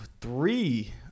three